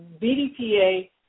BDPA